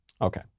Okay